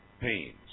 pains